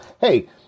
hey